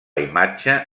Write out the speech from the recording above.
imatge